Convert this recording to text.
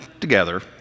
together